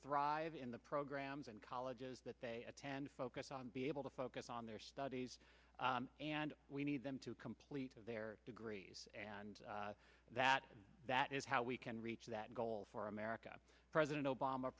thrive in the programs and colleges that they attend focus on be able to focus on their studies and we need them to complete their degrees and that that is how we can reach that goal for america president